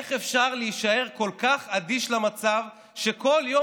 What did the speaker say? איך אפשר להישאר כל כך אדיש למצב כשכל יום